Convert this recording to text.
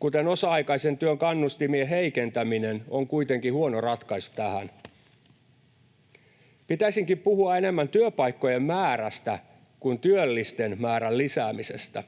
kuten osa-aikaisen työn kannustimien heikentäminen, on kuitenkin huono ratkaisu tähän. Pitäisikin puhua enemmän työpaikkojen määrästä kuin työllisten määrän lisäämisestä.